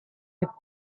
with